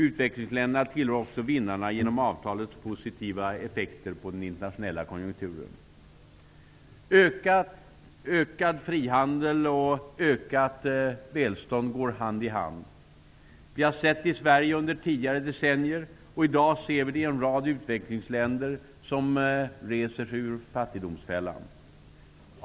Utvecklingsländerna tillhör också vinnarna, genom avtalets positiva effekter på den internationella konjunkturen. Ökad frihandel och ökat välstånd går hand i hand. Vi har sett det i Sverige under tidigare decennier, och i dag ser vi det i en rad utvecklingsländer, som reser sig ur fattigdomsfällan.